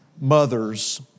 mothers